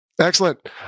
Excellent